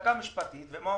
המחלקה המשפטית ואומרים: